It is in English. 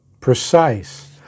precise